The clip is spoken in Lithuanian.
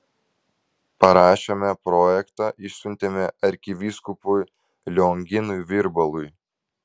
parašėme projektą išsiuntėme arkivyskupui lionginui virbalui